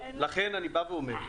לכן אני אומר,